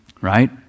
right